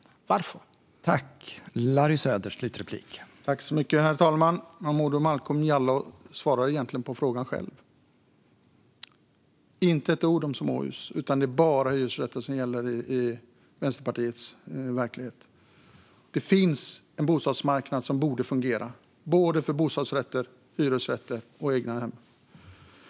Varför?